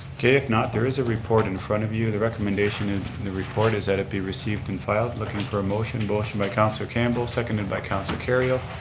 okay, if not, there is a report in front of you. the recommendation in the report is that it be received and filed. looking for a motion, motion by counselor campbell, seconded by counselor kerrio.